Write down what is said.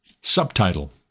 Subtitle